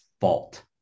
fault